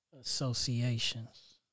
associations